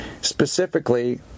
specifically